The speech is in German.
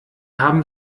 haben